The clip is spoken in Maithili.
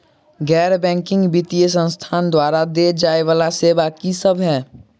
गैर बैंकिंग वित्तीय संस्थान द्वारा देय जाए वला सेवा की सब है?